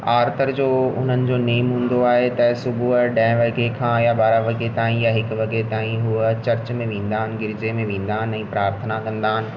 आरकर जो उन्हनि जो नियम हूंदो आए त सुबुह ॾह वॻे खां ॿारहं वगे ताईं या हिकु वगे ताईं हुआ चर्च में वेंदा आहिनि गिरजे में वेंदा आहिनि ऐं प्रार्थना कंदा आहिनि